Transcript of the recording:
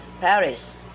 Paris